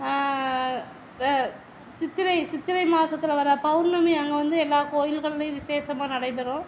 சித்திரை சித்திரை மாசத்தில் வர பௌர்ணமி அங்கே வந்து எல்லா கோயில்கள்லேயும் விசேஷமா நடைபெறும்